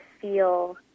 feel